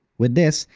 with this,